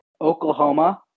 Oklahoma